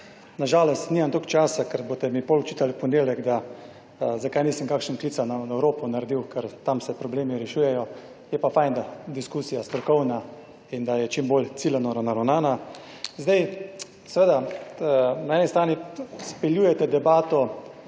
na žalost nimam toliko časa, ker boste mi pol očitali v ponedeljek, da zakaj nisem kakšen klican na Evropo naredil, ker tam se problemi rešujejo. Je pa fajn, da je diskusija strokovna in da je čim bolj ciljno naravnana. Sedaj seveda na eni strani izpeljujete debato